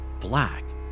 black